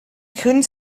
couldn’t